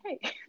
hey